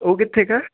ਉਹ ਕਿੱਥੇ ਆ